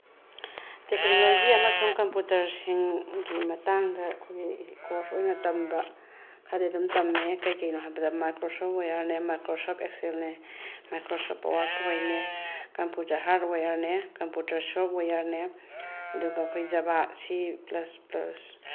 technology ꯑꯃꯁꯨꯡ ꯀꯝꯄ꯭ꯌꯨꯇꯔꯁꯤꯡꯒꯤ ꯃꯇꯥꯡꯗ ꯑꯩꯈꯣꯏꯒꯤ ꯀꯣꯔꯁ ꯑꯣꯏꯅ ꯇꯝꯕ ꯈꯔꯗꯤ ꯑꯗꯨꯝ ꯇꯝꯃꯦ ꯀꯩ ꯀꯩꯅꯣ ꯍꯥꯏꯕꯗ ꯃꯥꯏꯀ꯭ꯔꯣꯁꯣꯐꯋꯦꯌꯥꯔꯅꯦ ꯃꯥꯏꯀ꯭ꯔꯣꯁꯣꯐ ꯑꯦꯛꯁꯦꯜꯅꯦ ꯃꯥꯏꯀ꯭ꯔꯣꯁꯣꯐ ꯄꯥꯋꯥꯔꯄꯣꯏꯟꯅꯦ ꯀꯝꯄ꯭ꯌꯨꯇꯔ ꯍꯥꯔꯠꯋꯦꯌꯥꯔꯅꯦ ꯀꯝꯄ꯭ꯌꯨꯇꯔ ꯁꯣꯐꯋꯦꯌꯥꯔꯅꯦ ꯑꯗꯨꯒ ꯑꯩꯈꯣꯏ ꯖꯥꯥꯚꯥ ꯁꯤ ꯄ꯭ꯂꯁ ꯄ꯭ꯂꯁ